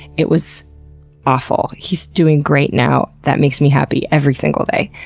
it was awful. he's doing great now. that makes me happy every single day.